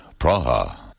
Praha